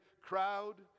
crowd